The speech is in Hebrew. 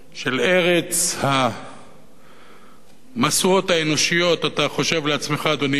של ארץ המשואות האנושיות, אתה חושב לעצמך, אדוני,